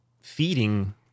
feeding